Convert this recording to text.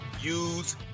use